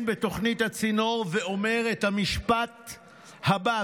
בתוכנית הצינור ואומר את המשפט הבא,